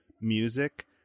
music